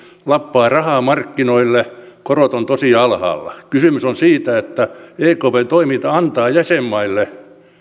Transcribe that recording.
lappaa rahaa markkinoille korot ovat tosi alhaalla kysymys on siitä että ekpn toiminta antaa jäsenmaille